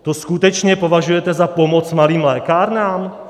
To skutečně považujete za pomoc malým lékárnám?